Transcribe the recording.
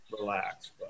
relax